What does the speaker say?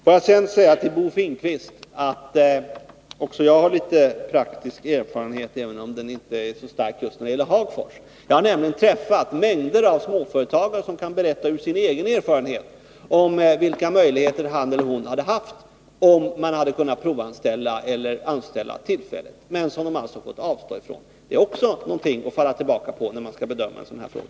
Får jag sedan säga till Bo Finnkvist att också jag har en smula praktisk erfarenhet, även om den inte är så stor just när det gäller Hagfors. Jag har nämligen träffat mängder av småföretagare som har kunnat berätta ur sin egen erfarenhet vilka möjligheter de hade haft, om de hade kunnat provanställa eller anställa tillfälligt. Det har de alltså fått avstå från. Det är också någonting att falla tillbaka på när man skall bedöma en sådan här fråga.